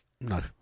No